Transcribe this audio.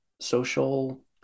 social